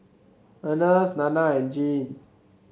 Ernest Nanna and Jean